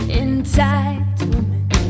entitlement